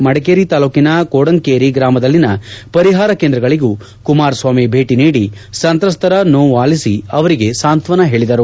ಮಡಿಕೇರಿ ತಾಲೂಕಿನ ಕೊಂಡಂಗೇರಿ ಗ್ರಾಮದಲ್ಲಿನ ಪರಿಹಾರ ಕೇಂದ್ರಗಳಗೂ ಕುಮಾರಸ್ವಾಮಿ ಭೇಟಿ ನೀಡಿ ಸಂತ್ರಸ್ವರ ನೋವು ಆಲಿಸಿ ಅವರಿಗೆ ಸಾಂತ್ವನ ಹೇಳಿದರು